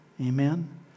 Amen